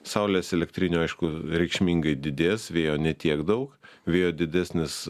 saulės elektrinių aišku reikšmingai didės vėjo ne tiek daug vėjo didesnis